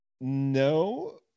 No